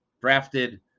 drafted